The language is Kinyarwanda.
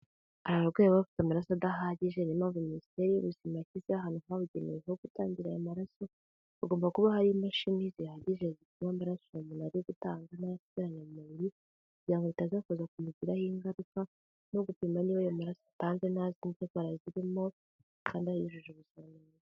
Hari abarwayi baba bafite amaraso adahagije, niyo mpamvu Minisiteri y'ubuzima yashyizeho ahantu habugenewe ho gutangira aya maraso, hagomba kuba hari imashini zihagije zipima amaraso umuntu ari gutanga nayo asigaranye mu mubiri, kugira ngo bitaza kuza kumugiraho ingaruka, no gupima niba ayo maraso atanze nta zindi ndwara zirimo cyangwa yujuje ubuziranenge.